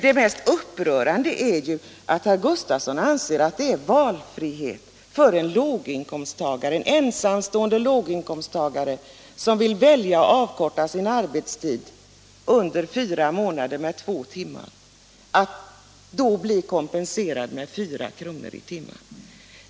Det mest upprörande är ju att herr Gustavsson anser att det innebär valfrihet för en ensamstående låginkomsttagare som under fyra månader vill avkorta sin arbetstid med två timmar att bli kompenserad med 4 kr. i timmen.